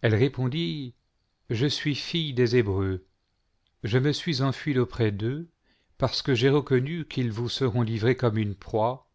elle répondit je suis fille des hébreux je me suis enfuie d'aujjrès d'eux parce que j'ai reconnu qu'ils vous seront livi'és comme une proie